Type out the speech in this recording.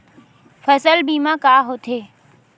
फसल बीमा का होथे?